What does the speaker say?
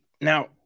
now